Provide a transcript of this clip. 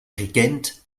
regent